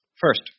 First